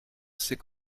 sait